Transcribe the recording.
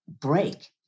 break